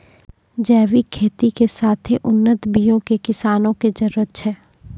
जैविक खेती के साथे उन्नत बीयो के किसानो के जरुरत छै